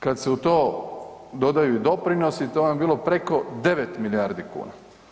Kad se u to dodaju i doprinosi to vam je bilo preko 9 milijardi kuna.